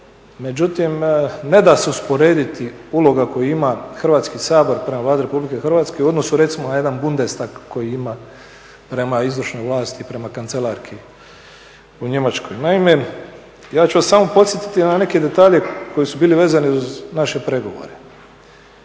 međutim neda se usporediti uloga koju ima Hrvatski sabor prema Vladi Republike Hrvatske u odnosu recimo na jedan Bundestag koji ima prema izvršnoj vlasti i prema kancelarki u Njemačkoj. Naime, ja ću vas samo podsjetiti na neke detalje koji su bili vezani uz naše pregovore.